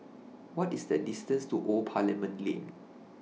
What IS The distance to Old Parliament Lane